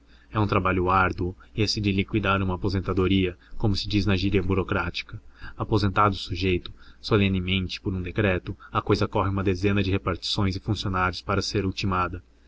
é um trabalho árduo esse de liquidar uma aposentadoria como se diz na gíria burocrática aposentado o sujeito solenemente por um decreto a cousa corre uma dezena de repartições e funcionários para ser ultimada